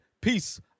Peace